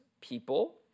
people